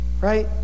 right